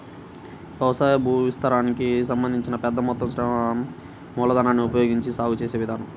వ్యవసాయ భూవిస్తీర్ణానికి సంబంధించి పెద్ద మొత్తం శ్రమ మూలధనాన్ని ఉపయోగించి సాగు చేసే విధానం